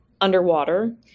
underwater